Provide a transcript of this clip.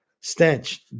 stench